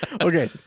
Okay